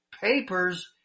papers